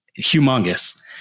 Humongous